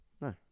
No